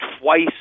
twice